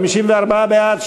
54 בעד,